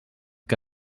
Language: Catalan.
que